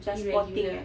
macam spotting eh